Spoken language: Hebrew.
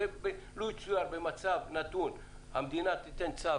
ולו יצויר שבמצב נתון המדינה תיתן צו